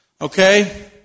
Okay